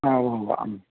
ആ ഊവ്വുവ്വ് ഉം